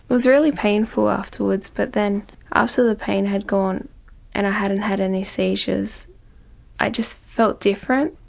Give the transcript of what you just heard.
it was really painful afterwards but then after the pain had gone and i hadn't had any seizures i just felt different.